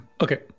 Okay